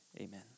Amen